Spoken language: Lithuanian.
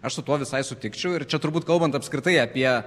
aš su tuo visai sutikčiau ir čia turbūt kalbant apskritai apie